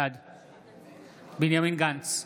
בעד בנימין גנץ,